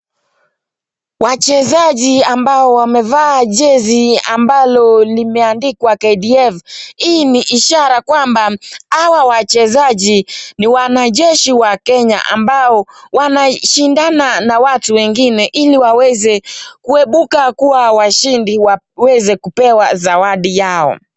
Wachezaji ambao wamevaa jezi ambalo limeandikwa KDF. Hii ni ishara kwamba hawa wachezaji ni wanajeshi wa Kenya ambao wanashindana na watu wengine ili waweze kuepuka kuwa washindi waweze kupewa zawadi yao.